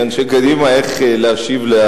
מייד אחרי תום נאומי מאנשי קדימה איך להשיב לאי-אמון,